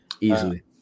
Easily